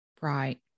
Right